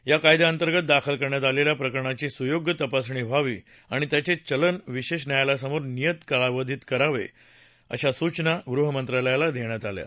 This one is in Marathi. या कायद्याअंतर्गत दाखल करण्यात आलेल्या प्रकरणाची सुयोग्य तपासणी व्हावी आणि त्याचे चलान विशेष न्यायालयासमोर नियत कालावधीत सादर करावे अशा सूचना गृहमंत्रालयाला देण्यात आल्या आहेत